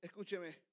escúcheme